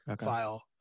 file